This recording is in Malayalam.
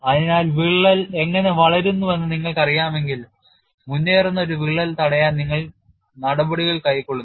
അതിനാൽ വിള്ളൽ എങ്ങനെ വളരുന്നുവെന്ന് നിങ്ങൾക്കറിയാമെങ്കിൽ മുന്നേറുന്ന ഒരു വിള്ളൽ തടയാൻ നിങ്ങൾ നടപടികൾ കൈക്കൊള്ളുന്നു